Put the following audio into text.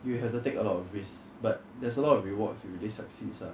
you have to take a lot of risk but there's a lot of rewards if you really succeeds lah